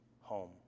home